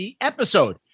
episode